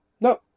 No